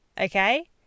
okay